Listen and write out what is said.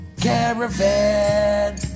Caravan